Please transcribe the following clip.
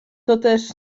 toteż